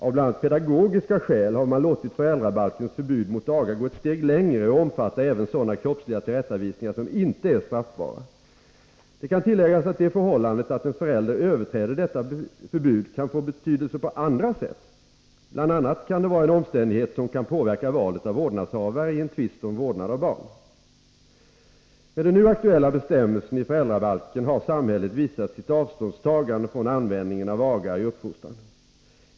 Av bl.a. pedagogiska skäl har man låtit föräldrabalkens förbud mot aga gå ett steg längre och omfatta även sådana kroppsliga tillrättavisningar som inte är straffbara. Det kan tilläggas att det förhållandet att en förälder överträder detta förbud kan få betydelse på andra sätt. Bl. a. kan det vara en omständighet som kan påverka valet av vårdnadshavare i en tvist om vårdnad om barn. Med den nu aktuella bestämmelsen i föräldrabalken har samhället visat sitt avståndstagande från användningen av aga i uppfostran.